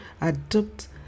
adopt